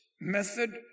method